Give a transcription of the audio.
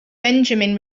benjamin